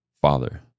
father